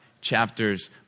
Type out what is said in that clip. chapters